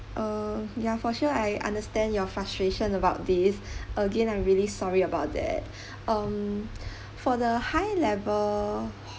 uh ya for sure I understand your frustration about this again I'm really sorry about that um for the high level